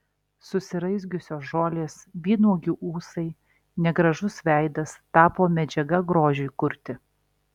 susiraizgiusios žolės vynuogių ūsai negražus veidas tapo medžiaga grožiui kurti